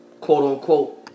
quote-unquote